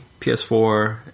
PS4